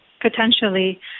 potentially